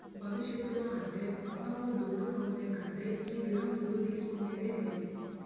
భవిష్యత్తుల అంటే మొత్తంలో దుడ్డు పొందే కంటే ఈ దినం దుడ్డు తీసుకునేదే మేలు